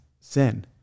sin